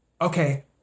okay